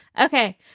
Okay